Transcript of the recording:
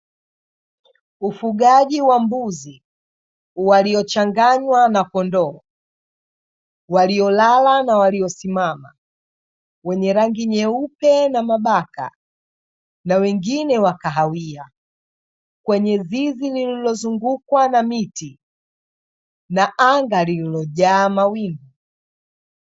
Ufugaji wa mbuzi waliochanganywa na kondoo, waliolala na waliosimama wenye rangi nyeupe na mabaka na wengine wa kahawia; kwenye zizi nililozungukwa na miti na anga lililojaa mawingu.